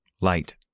Light